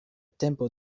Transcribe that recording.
tempo